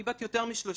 והיא בת יותר מ-30.